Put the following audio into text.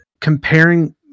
comparing